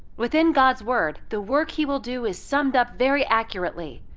within god's word, the work he will do is summed up very accurately.